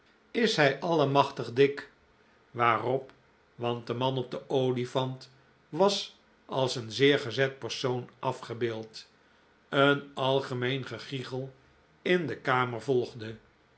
is hij allemachtig dik waarop want de man op den olifant was als een zeer gezet persoon afgebeeld een algemeen gegichel in de kamer volgde